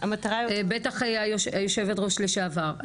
בטח היושבת ראש לשעבר,